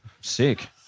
sick